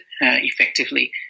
effectively